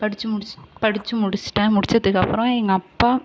படித்து முடிச் படித்து முடித்துட்டேன் முடித்ததுக்கு அப்புறம் எங்கள் அப்பா